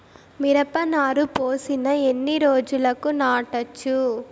మిరప నారు పోసిన ఎన్ని రోజులకు నాటచ్చు?